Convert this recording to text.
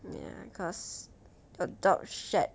ya cause your dog shed